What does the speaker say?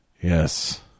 Yes